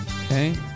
Okay